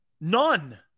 None